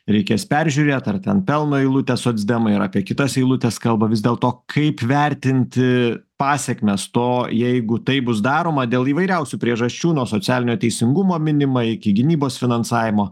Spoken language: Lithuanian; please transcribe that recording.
reikės peržiūrėt ar ten pelno eilutę socdemai ar apie kitas eilutes kalba vis dėl to kaip vertinti pasekmes to jeigu tai bus daroma dėl įvairiausių priežasčių nuo socialinio teisingumo minima iki gynybos finansavimo